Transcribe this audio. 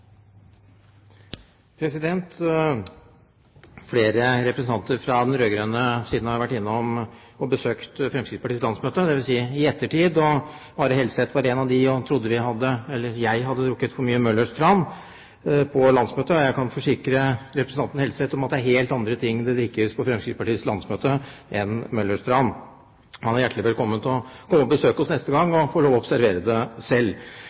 Flere representanter fra den rød-grønne siden har vært innom Fremskrittspartiets landsmøte, dvs. i ettertid. Are Helseth var en av dem som trodde jeg hadde drukket «for mye Møllers tran» på landsmøtet, men jeg kan forsikre representanten Helseth om at det er helt andre ting enn Møllers tran det drikkes på Fremskrittspartiets landsmøte. Han er hjertelig velkommen til å komme og besøke oss neste gang, så han kan få lov til å observere det selv.